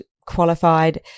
qualified